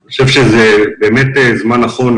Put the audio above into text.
ואני חושב שזה באמת זמן נכון.